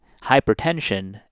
hypertension